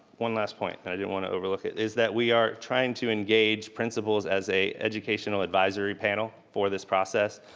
one last point, and i didn't want to overlook it, is that we are trying to engage principals as an educational advisory panel for this process.